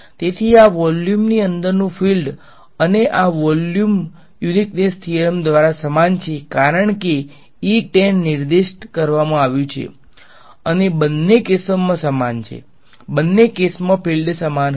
તેથી આ વોલ્યુમની અંદરનુ ફિલ્ડ અને આ વોલ્યુમ યુનીક્નેસ થીયરમ દ્વારા સમાન છે કારણ કે ઇ ટેન નિર્દિષ્ટ કરવામાં આવ્યું છે અને બંને કેસોમાં સમાન છે બંને કેસમાં ફિલ્ડ સમાન હશે